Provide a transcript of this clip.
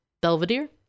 belvedere